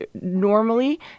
normally